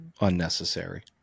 unnecessary